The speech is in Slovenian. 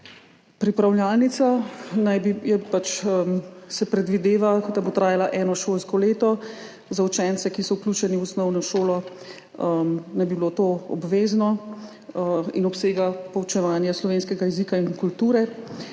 pripravljalnico se predvideva, da bo trajala eno šolsko leto. Za učence, ki so vključeni v osnovno šolo, naj bi bilo to obvezno in obsega poučevanje slovenskega jezika in kulture.